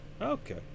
Okay